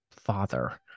father